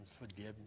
forgiveness